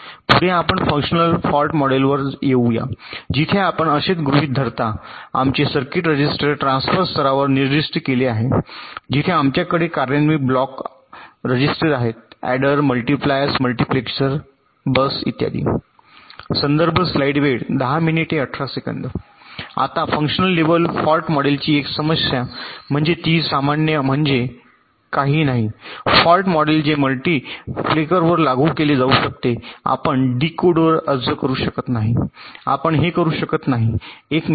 पुढे आपण functional fault मॉडेलवर येऊ या जिथे आपण असे गृहीत धरता आमचे सर्किट रजिस्टर ट्रान्सफर स्तरावर निर्दिष्ट केले आहे जिथे आमच्याकडे कार्यान्वित ब्लॉक आहेत register adder multipliers multiplexers bus इ आता फंक्शनल लेव्हल फॉल्ट मॉडेलची एक समस्या म्हणजे ती सामान्य म्हणजे काही नाही फॉल्ट मॉडेल जे मल्टिपेकरवर लागू केले जाऊ शकते आपण डीकोडरवर अर्ज करू शकत नाही आपण हे करू शकत नाही एक मेमरी लागू